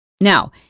Now